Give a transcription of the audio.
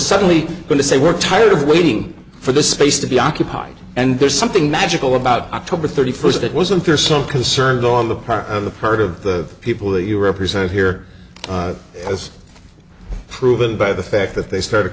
suddenly going to say we're tired of waiting for the space to be occupied and there's something magical about october thirty first that wasn't there some concern on the part of the purge of the people that you represent here as proven by the fact that they started